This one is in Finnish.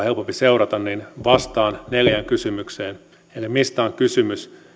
helpompi seurata niin vastaan neljään kysymykseen mistä on kysymys